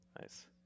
Nice